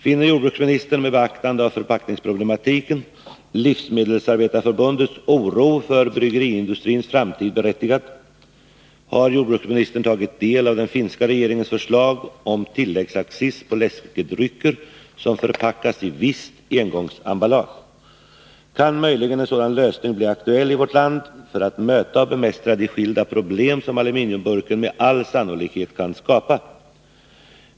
— Finner jordbruksministern, med beaktande av förpackningsproblematiken, Livsmedelsarbetareförbundets oro för bryggeriindustrins framtid berättigad? — Har jordbruksministern tagit del av den finska regeringens förslag om tilläggsaccis på läskedrycker som förpackats i visst engångsemballage? Kan möjligen en sådan lösning bli aktuell i vårt land för att möta och bemästra de skilda problem som aluminiumburken med all sannolikhet kan skapa?